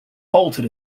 bolted